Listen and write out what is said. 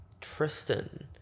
Tristan